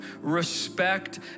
respect